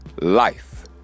life